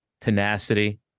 tenacity